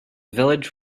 village